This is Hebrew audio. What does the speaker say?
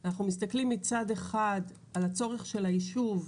אנחנו מסתכלים מצד אחד על הצורך של היישוב,